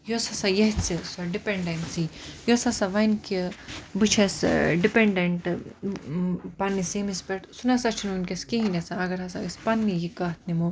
یۅس ہَسا ییٚژھِ سۄ ڈِپیٚنٛڈنسی یۅس ہَسا وَنہِ کہِ بہٕ چھَس ڈِپیڈنڈنٹہٕ پَنٕنِس ییٚمِس پیٚٹھ سُہ نَسا چھُ نہٕ وُنکیٚس کِہیٖنٛۍ گَژھان اَگَر ہَسا أسۍ پَننی یہِ کتھ نِمو